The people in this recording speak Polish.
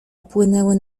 upłynęły